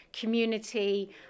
community